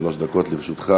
שלוש דקות לרשותך.